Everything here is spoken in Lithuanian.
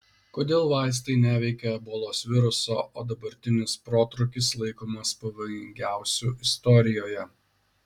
kodėl vaistai neveikia ebolos viruso o dabartinis protrūkis laikomas pavojingiausiu istorijoje